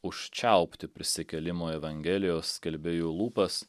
užčiaupti prisikėlimo evangelijos skelbėjų lūpas